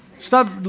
Stop